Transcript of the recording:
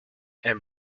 and